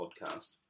podcast